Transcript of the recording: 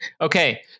Okay